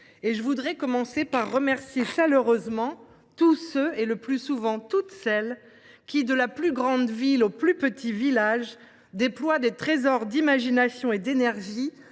! Je voudrais commencer par remercier chaleureusement tous ceux – et le plus souvent toutes celles – qui, de la plus grande ville au plus petit village, déploient des trésors d’imagination et d’énergie